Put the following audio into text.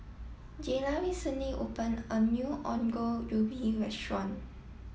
Jayla recently opened a new Ongol Ubi restaurant